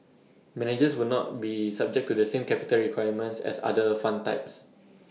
managers will not be subject to the same capital requirements as other fund types